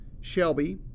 Shelby